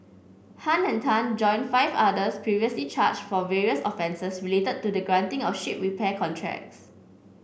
Han and Tan join five others previously charged for various offences related to the granting of ship repair contracts